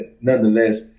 nonetheless